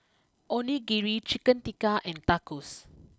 Onigiri Chicken Tikka and Tacos